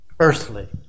earthly